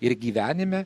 ir gyvenime